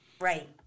Right